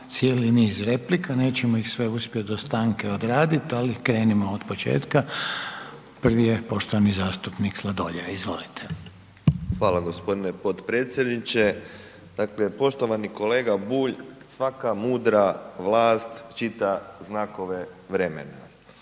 cijeli niz replika, nećemo ih sve uspjet do stanke odradit, ali krenimo od početka. Prvi je poštovani zastupnik Sladoljev. Izvolite. **Sladoljev, Marko (MOST)** Hvala gospodine podpredsjedniče. Dakle poštovani kolega Bulj, svaka mudra vlast čita znakove vremena,